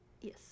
Yes